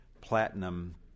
platinum